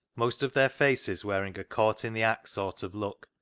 most of their faces wearing a caught in-the-act sort of look,